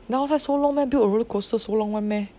outside so long meh build a roller coaster got so long [one] meh